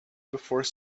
before